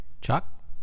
Chuck